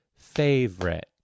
favorite